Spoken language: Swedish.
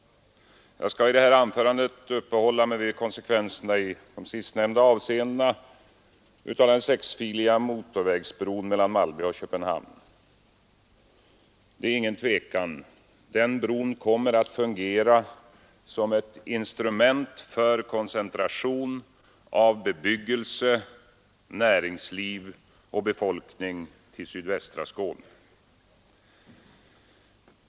Jag skall i detta anförande uppehålla mig vid konsekvenserna i de sistnämnda avseendena av den sexfiliga motorvägsbron mellan Malmö och Köpenhamn. Det är inget tvivel om att den bron kommer att fungera som ett instrument för koncentration av bebyggelse, näringsliv och befolkning till sydvästra Skåne.